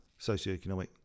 socioeconomic